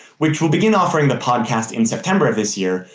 which will begin offering the podcast in september of this year,